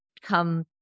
come